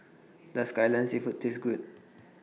Does Kai Lan Seafood Taste Good